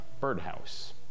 birdhouse